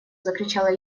закричала